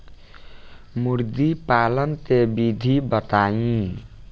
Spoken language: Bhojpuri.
मुर्गीपालन के विधी बताई?